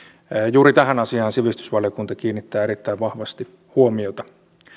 juuri tähän asiaan sivistysvaliokunta kiinnittää erittäin vahvasti huomiota